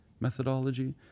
methodology